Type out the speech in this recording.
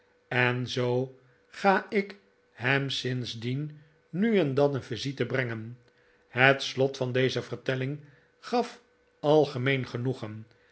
en zoo ga ik hem sindsdien nu en dan een visite brengen het slot van deze vertelling gaf algemeen genoegen